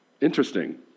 Interesting